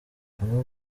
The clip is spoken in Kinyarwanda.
aba